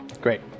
Great